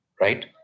right